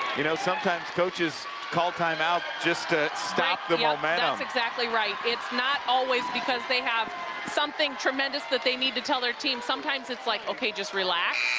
you know, sometimes coaches call time-out just to stop the momentum. that's right it's not always because they have something tremendous that they need to tell their team. sometimes it's like, okay, just relax,